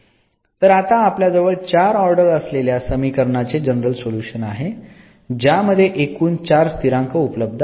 तर आता आपल्याजवळ चार ऑर्डर असलेल्या समीकरणाचे जनरल सोल्युशन आहे ज्यामध्ये एकूण चार स्थिरांक उपलब्ध आहेत